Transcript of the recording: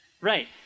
Right